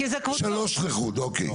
שלוש לחוד, אוקיי.